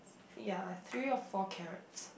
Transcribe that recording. ya three or four carrots